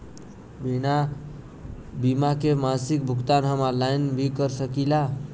बीमा के मासिक भुगतान हम ऑनलाइन भी कर सकीला?